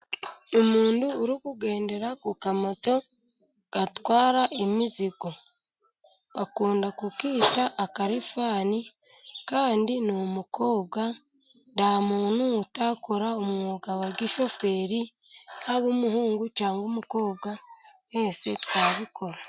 Umuntu uri kugendera ku kamoto gatwara imizigo bakunda kwita akarifani, kandi ni umukobwa . Nta muntu utakora umwuga w'ubushoferi, haba umuhungu cyangwa umukobwa twese twabikora.